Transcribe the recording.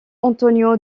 antonio